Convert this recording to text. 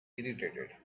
irritated